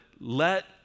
let